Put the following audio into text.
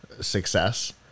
success